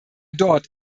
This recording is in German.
dort